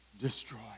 destroy